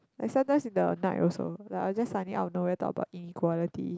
and sometimes in the night also like I'll just suddenly out of nowhere talk about inequality